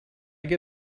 get